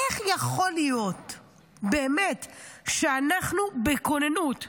איך יכול להיות שכשאנחנו בכוננות ספיגה,